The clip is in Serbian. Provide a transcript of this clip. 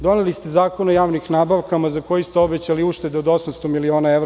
Doneli ste Zakon o javnim nabavkama za koji ste obećali uštede od 800 miliona evra.